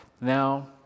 now